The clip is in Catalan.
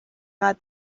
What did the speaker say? gat